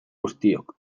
guztiok